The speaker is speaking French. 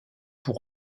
pour